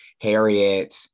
harriet